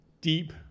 deep